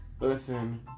Listen